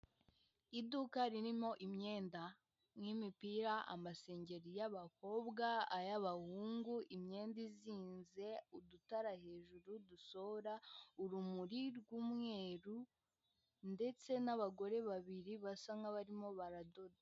Iduka ririmo imyenda nk'imipira amasengeri y'abakobwa ay'abahungu, imyenda izinze udutara hejuru dusohora urumuri rw'umweru ndetse n'abagore babiri basa nk'abarimo baradoda.